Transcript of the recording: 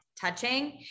touching